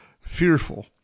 fearful